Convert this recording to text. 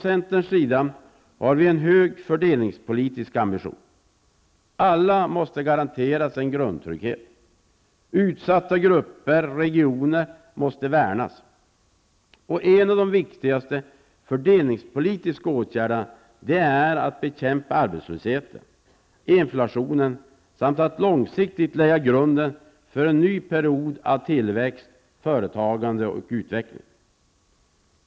Centern har en hög fördelningspolitisk ambition. Alla måste garanteras en grundtrygghet. Utsatta grupper och regioner måste värnas. En av de viktigaste fördelningspolitiska åtgärderna är att bekämpa arbetslösheten och inflationen samt att långsiktigt lägga grunden för en ny period av tillväxt, företagande och utveckling.